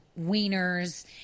Wieners